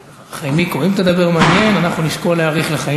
חיימיקו, אם תדבר מעניין אנחנו נשקול להאריך לך.